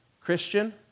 Christian